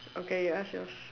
okay you ask yours